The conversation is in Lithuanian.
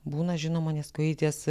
būna žinoma nes kojytės